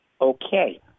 okay